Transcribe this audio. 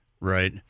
Right